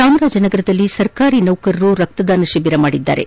ಚಾಮರಾಜನಗರದಲ್ಲಿ ಸರ್ಕಾರಿ ನೌಕರರು ರಕ್ತದಾನ ಶಿಬಿರ ಮಾಡಿದ್ದಾರೆ